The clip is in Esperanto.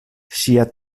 ŝia